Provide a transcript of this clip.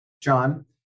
John